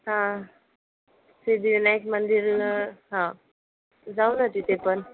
हं सिद्धिविनायक मंदिर हं जाऊ न तिथे पण